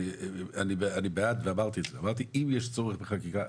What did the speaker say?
ואני בעד ואמרתי אם יש צורך בחקיקה,